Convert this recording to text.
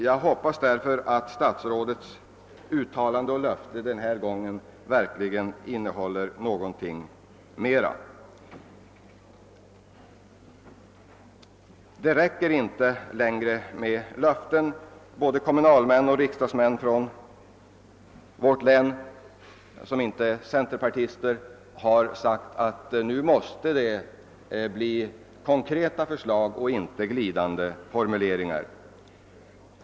Därför hoppas jag att statsrådets uttalande den här gången verkligen innehåller någonting mera. Det räcker inte längre med löften. Både kommunalmän och riksdagsmän från vårt län har sagt att nu måste det bli konkreta förslag och inte glidande formuleringar.